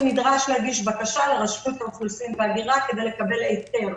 הוא נדרש להגיש בקשה לרשות האוכלוסין וההגירה כדי לקבל היתר.